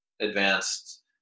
advanced